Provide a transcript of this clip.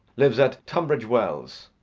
lives at tunbridge wells.